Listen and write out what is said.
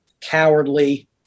cowardly